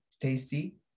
tasty